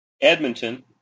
Edmonton